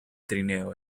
trineo